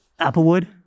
applewood